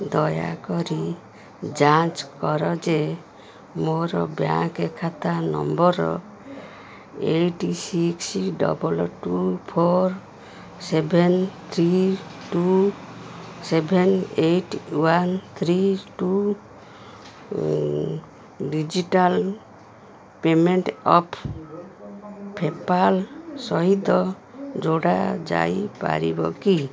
ଦୟାକରି ଯାଞ୍ଚ କର ଯେ ମୋର ବ୍ୟାଙ୍କ ଖାତା number eight six double two four seven three two seven eight one three two digital payment of PayPal ସହିତ ଯୋଡ଼ା ଯାଇପାରିବ କି